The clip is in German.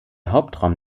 hauptraum